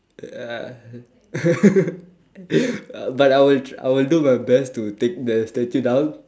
uh uh but I will I will do my best to take the statue down